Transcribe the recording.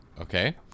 Okay